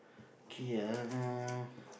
K uh